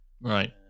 Right